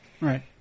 Right